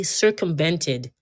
circumvented